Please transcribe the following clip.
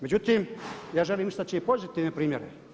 Međutim, ja želim istači i pozitivne primjere.